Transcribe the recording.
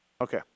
Okay